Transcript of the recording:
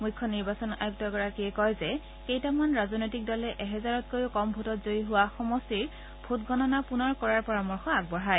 মুখ্য নিৰ্বাচনী আয়ুক্তগৰাকীয়ে কয় যে কেইটামান ৰাজনৈতিক দলে এহেজাৰতকৈ কম ভোটত জয়ী হোৱা সমষ্টিৰ ভোটগণনা পূনৰ কৰাৰ পৰামৰ্শ আগবঢ়ায়